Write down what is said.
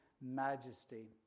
majesty